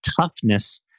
toughness